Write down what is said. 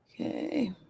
okay